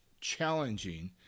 challenging